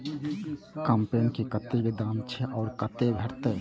कम्पेन के कतेक दाम छै आ कतय भेटत?